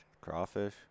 Crawfish